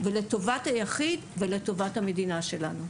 לטובת היחיד ולטובת המדינה שלנו.